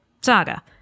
saga